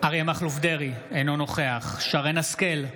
אריה מכלוף דרעי, אינו נוכח שרן מרים השכל,